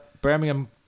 Birmingham